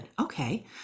okay